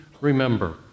remember